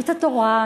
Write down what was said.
את התורה,